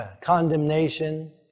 condemnation